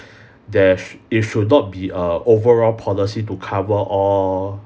there's it should not be a overall policy to cover all